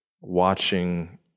watching